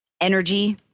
energy